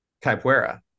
kaipuera